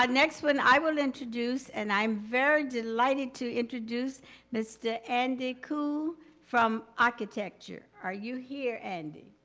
like next one, i will introduce and i'm very delighted to introduce mr. andy ku from architecture. are you here, andy?